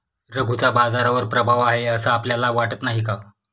रघूचा बाजारावर प्रभाव आहे असं आपल्याला वाटत नाही का?